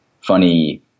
funny